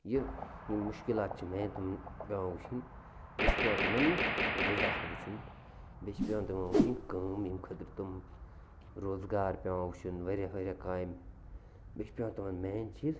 یہِ یِم مُشکلات چھِ میٛانہِ تِمَن پٮ۪وان وٕچھِنۍ بیٚیہِ چھِ پٮ۪وان تِمَن غذا وٕچھُن بیٚیہِ چھِ پٮ۪وان تِمَن وٕچھِنۍ کٲم ییٚمہِ خٲطرٕ تِم روزگار پٮ۪وان وٕچھُن واریاہ واریاہ کامہِ بیٚیہِ چھِ پٮ۪وان تِمن مین چیٖز